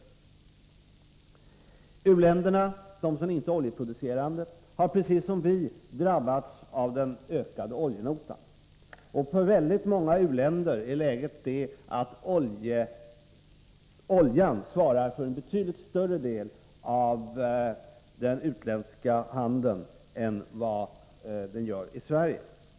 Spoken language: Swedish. För det första har u-länderna, de som inte är oljeproducerande, precis som vi drabbats av den ökade oljenotan. I väldigt många u-länder svarar oljan för en betydligt större del av utrikeshandeln än vad den gör i Sverige.